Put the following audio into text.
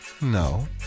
No